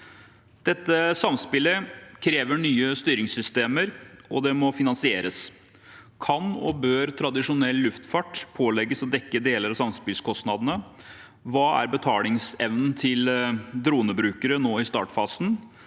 Dette samspillet krever nye styringssystemer, og det må finansieres. Kan og bør tradisjonell luftfart pålegges å dekke deler av samspillskostnadene? Hva er betalingsevnen til dronebrukere nå i startfasen?